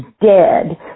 dead